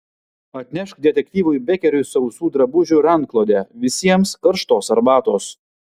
atnešk detektyvui bekeriui sausų drabužių ir antklodę visiems karštos arbatos